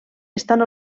estan